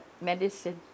medicine